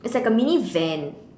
it's like a mini van